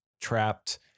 trapped